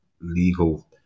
legal